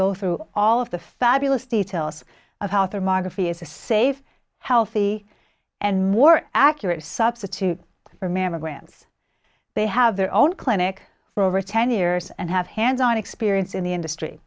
go through all of the fabulous details of how thermography is a safe healthy and more accurate substitute for mammograms they have their own clinic for over ten years and have hands on experience in the industry